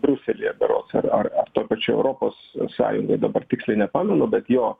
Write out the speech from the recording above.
briuselyje berods ar ar toj pačioj europos sąjungoj dabar tiksliai nepamenu bet jo